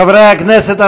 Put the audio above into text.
חברי הכנסת,